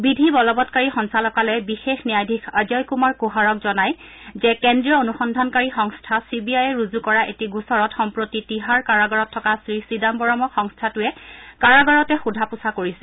বিধি বলবৎকাৰী সঞ্চালকালয়ে বিশেষ ন্যায়াধীশ অজয় কুমাৰ কুহাৰক জনায় যে কেন্দ্ৰীয় অনুসন্ধানকাৰী সংস্থা চি বি আইয়ে ৰুজু কৰা এটি গোচৰত সম্প্ৰতি তিহাৰ কাৰাগৰত থকা শ্ৰীচিদাম্বৰমক সংস্থাটোৱে কাৰাগাৰতে সোধা পোচা কৰিছে